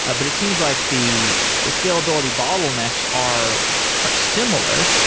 ah but it seems like the the scalability bottlenecks are are similar,